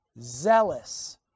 zealous